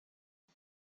jag